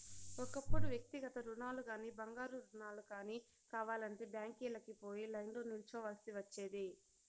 ఒకప్పుడు వ్యక్తిగత రుణాలుగానీ, బంగారు రుణాలు గానీ కావాలంటే బ్యాంకీలకి పోయి లైన్లో నిల్చోవల్సి ఒచ్చేది